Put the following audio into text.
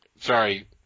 Sorry